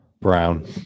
Brown